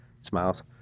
Smiles